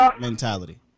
mentality